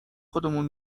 خودمون